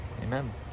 Amen